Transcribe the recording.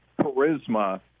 charisma